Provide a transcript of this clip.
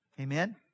Amen